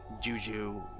juju